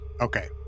Okay